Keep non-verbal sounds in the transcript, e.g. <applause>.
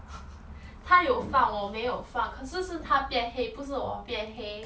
<laughs> 她有放我没有放可是是她变黑不是我变黑